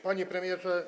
Panie Premierze!